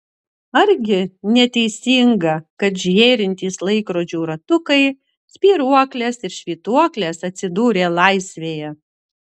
argi neteisinga kad žėrintys laikrodžių ratukai spyruoklės ir švytuoklės atsidūrė laisvėje